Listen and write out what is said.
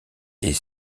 est